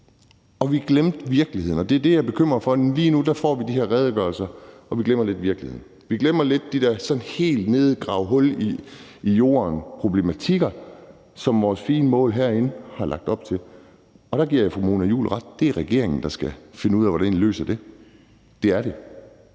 Vi glemte virkeligheden, og det er det, jeg er bekymret for. Lige nu får vi de her redegørelser, og vi glemmer lidt virkeligheden. Vi glemmer lidt de der helt basale ting som problematikker omkring f.eks. at grave hul i jorden, som vores fine mål herinde har lagt op til. Og der giver jeg fru Mona Juul ret: Det er regeringen, der skal finde ud af, hvordan vi løser det. Det er det.